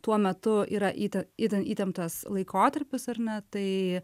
tuo metu yra ite itin įtemptas laikotarpis ar ne tai